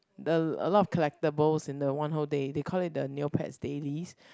the a lot of collectible in the one whole day they call it the neopet's dailies